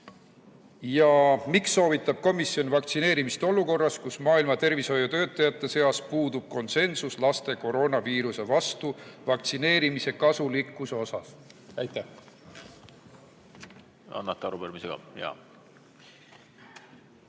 Ja miks soovitab komisjon vaktsineerimist olukorras, kus maailma tervishoiutöötajate seas puudub konsensus laste koroonaviiruse vastu vaktsineerimise kasulikkuse osas? Aitäh! Annate arupärimise